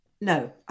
No